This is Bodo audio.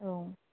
औ